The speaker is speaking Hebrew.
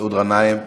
מסעוד גנאים,